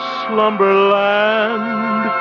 slumberland